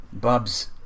Bubs